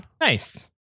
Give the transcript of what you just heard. Nice